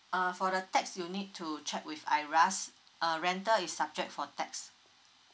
uh for the tax you'll need to check with IRAS uh rental is subject for tax